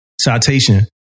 Citation